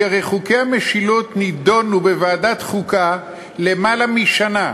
כי הרי חוקי המשילות נדונו בוועדת החוקה יותר משנה,